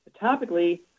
topically